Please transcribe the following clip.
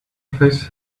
face